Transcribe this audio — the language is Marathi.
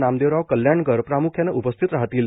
नामदेवराव कल्याणकर प्राम्ख्यानं उपस्थित राहतील